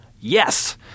Yes